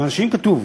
אם כתוב: